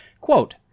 Quote